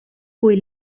cui